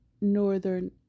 northern